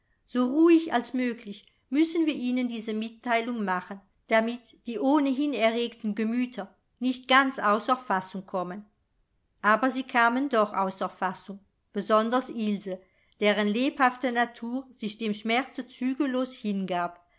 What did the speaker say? so ruhig als möglich müssen wir ihnen diese mitteilung machen damit die ohnehin erregten gemüter nicht ganz außer fassung kommen aber sie kamen doch außer fassung besonders ilse deren lebhafte natur sich dem schmerze zügellos hingab